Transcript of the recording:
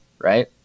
right